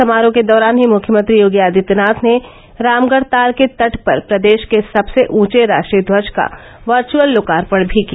समारोह के दौरान ही मुख्यमंत्री योगी आदित्यनाथ ने रामगढ ताल के तट पर प्रदेश के सबसे ऊंचे राष्ट्रीय ध्वज का वर्चअल लोकार्पण भी किया